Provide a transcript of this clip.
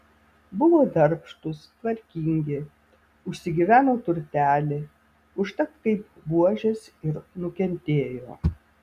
buvo darbštūs tvarkingi užsigyveno turtelį užtat kaip buožės ir nukentėjo